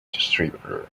distributor